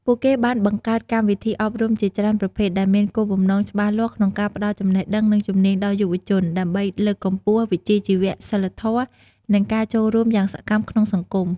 ពួកគេបានបង្កើតកម្មវិធីអប់រំជាច្រើនប្រភេទ ដែលមានគោលបំណងច្បាស់លាស់ក្នុងការផ្តល់ចំណេះដឹង និងជំនាញដល់យុវជន ដើម្បីលើកកម្ពស់វិជ្ជាជីវៈ សីលធម៌ និងការចូលរួមយ៉ាងសកម្មក្នុងសង្គម។